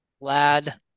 lad